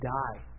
die